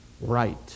right